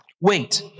wait